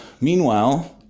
Meanwhile